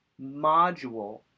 module